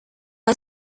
are